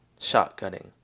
shotgunning